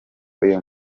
uyu